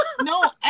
No